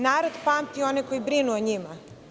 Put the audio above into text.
Narod pamti one koji brinu o njima.